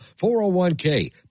401K